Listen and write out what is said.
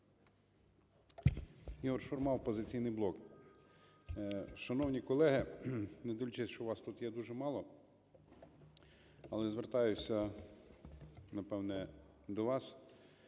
Ігор Шурма, "Опозиційний блок". Шановні колеги, не дивлячись, що вас тут є дуже мало, але звертаюся, напевно, до вас,